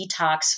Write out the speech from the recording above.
detox